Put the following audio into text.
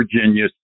Virginia